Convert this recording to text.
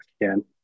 again